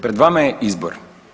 Pred vama je izbor.